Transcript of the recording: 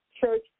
church